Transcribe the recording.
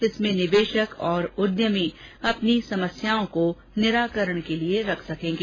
इसमें निवेशक और उद्यमी अपनी समस्याओं को निराकरण के लिए रख सकंगे